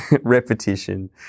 repetition